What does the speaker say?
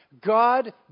God